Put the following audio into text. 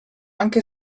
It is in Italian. anche